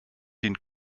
dient